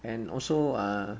and also uh